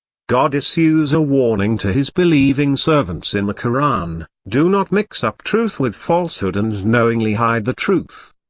god issues a warning to his believing servants in the koran do not mix up truth with falsehood and knowingly hide the truth.